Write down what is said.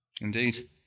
Indeed